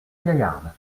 gaillarde